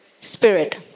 spirit